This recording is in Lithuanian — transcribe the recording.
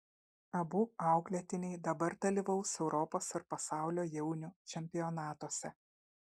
abu auklėtiniai dabar dalyvaus europos ir pasaulio jaunių čempionatuose